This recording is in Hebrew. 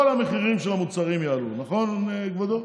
כל המחירים של המוצרים יעלו, נכון, כבודו?